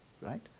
right